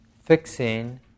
fixing